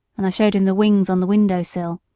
and i showed him the wings on the window sill.